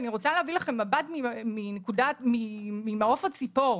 רוצה להביא לכם נקודת מבט ממעוף הציפור.